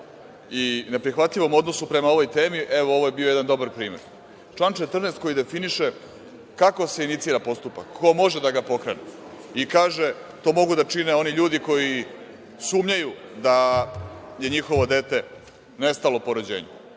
i neprihvatljivom odnosu prema ovoj temi, evo ovo je bio dobar primer. Član 14. definiše kako se inicira postupak, ko može da ga pokrene i kaže da to mogu da čine oni ljudi koji sumnjaju da je njihovo dete nestalo po rođenju.